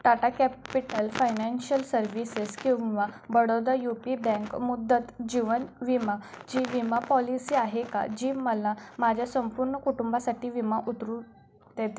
Tata capital financial services किंवा Baroda U P bank मुदत जीवन विमाची विमा पॉलिसी आहे का जी मला माझ्या संपूर्ण कुटुंबासाठी विमा उतरवू देते